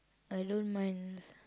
I don't mind